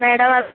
madam അത്